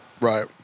Right